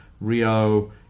Rio